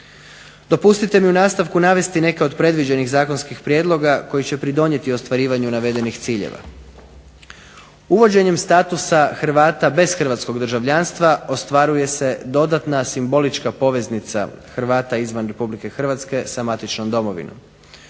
Dopustite mi u nastavku navesti neke od predviđenih zakonskih prijedloga koji će pridonijeti ostvarivanju navedenih ciljeva. Uvođenjem statusa Hrvata bez hrvatskog državljanstva ostvaruje se dodatna simbolička poveznica Hrvata izvan Republike Hrvatske sa matičnom domovinom.